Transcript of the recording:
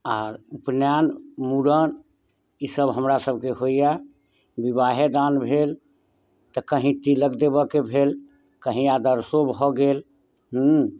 आओर उपनयन मूड़न ई सब हमरा सबके होइए विवाहे दान भेल तऽ कहीं तीलक देबाक भेल कहीं आदर्शो भऽ गेल हूँ